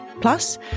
Plus